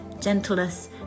gentleness